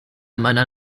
meiner